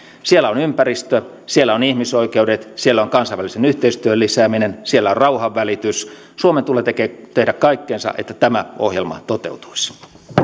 siellä on ympäristö siellä on ihmisoikeudet siellä on kansainvälisen yhteistyön lisääminen siellä on rauhanvälitys suomen tulee tehdä kaikkensa että tämä ohjelma toteutuisi